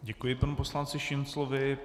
Děkuji panu poslanci Šinclovi.